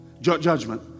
Judgment